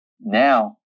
Now